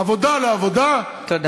עבודה-עבודה, תודה.